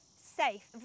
safe